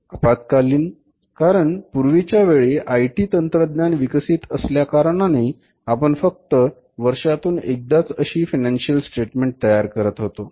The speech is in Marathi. अल्पकालीन कारण पूर्वीच्या वेळी आयटी तंत्रज्ञान अविकसित असल्याकारणाने आपण फक्त वर्षातून एकदाच अशी फायनान्शिअल स्टेटमेंट तयार करत होतो